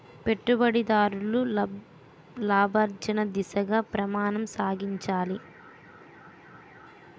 పెట్టుబడిదారులు లాభార్జన దిశగా ప్రయాణం సాగించాలి